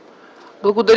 Благодаря